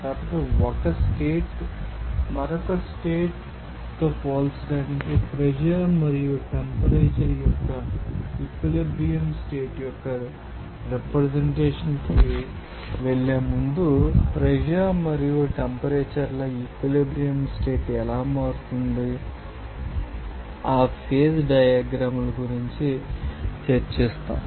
కాబట్టి 1 స్టేట్ మరొక స్టేట్ తో పోల్చడానికి ప్రెషర్ మరియు టెంపరేచర్ యొక్క ఈక్విలిబ్రియం స్టేట్ యొక్క రిప్రజెంటేషన్ కి వెళ్ళే ముందు ప్రెషర్ మరియు టెంపరేచర్ ల ఈక్విలిబ్రియం స్టేట్ ఎలా మారుతుందో ఆ ఫేజ్ డయాగ్రమ్ గురించి చర్చిస్తాము